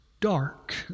dark